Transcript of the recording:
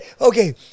okay